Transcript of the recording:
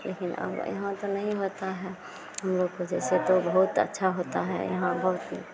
लेकिन अब यहाँ तो नहीं होता है हमलोग को जैसे तो बहुत अच्छा होता है यहाँ बहुत